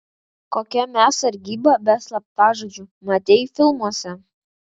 kokia mes sargyba be slaptažodžių matei filmuose